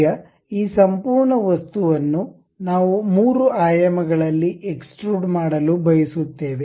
ಈಗ ಈ ಸಂಪೂರ್ಣ ವಸ್ತುವನ್ನು ನಾವು 3 ಆಯಾಮಗಳಲ್ಲಿ ಎಕ್ಸ್ಟ್ರುಡ್ ಮಾಡಲು ಬಯಸುತ್ತೇವೆ